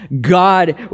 God